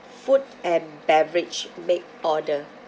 food and beverage make order